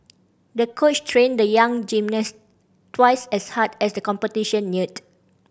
the coach trained the young gymnast twice as hard as the competition neared